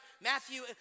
Matthew